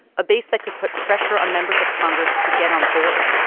a base that could put pressure on members of congress to get on board,